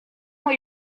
what